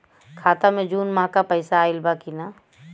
खाता मे जून माह क पैसा आईल बा की ना?